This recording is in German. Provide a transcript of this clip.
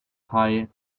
hei